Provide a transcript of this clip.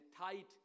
tight